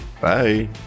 bye